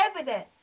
evidence